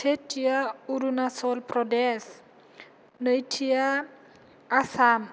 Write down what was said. सेथिया अरुनाचल प्रदेश नैथिया आसाम